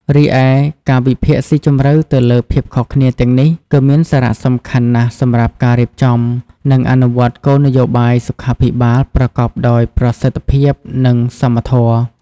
រីឯ ការវិភាគស៊ីជម្រៅទៅលើភាពខុសគ្នាទាំងនេះ គឺមានសារៈសំខាន់ណាស់សម្រាប់ការរៀបចំ និងអនុវត្តគោលនយោបាយសុខាភិបាលប្រកបដោយប្រសិទ្ធភាព និងសមធម៌។